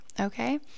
okay